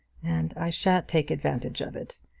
and i shan't take advantage of it.